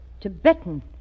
Tibetan